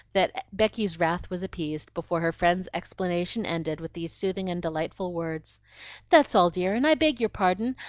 that becky's wrath was appeased before her friend's explanation ended with these soothing and delightful words that's all dear, and i beg your pardon.